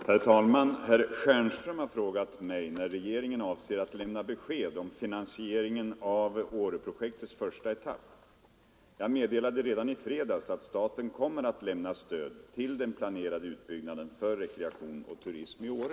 Herr talman! Herr Stjernström har frågat mig när regeringen avser att lämna besked om finansieringen av Åreprojektets första etapp. Jag meddelade redan i fredags att staten kommer att lämna stöd till den planerade utbyggnaden för rekreation och turism i Åre.